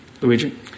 Luigi